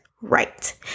right